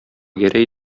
гәрәй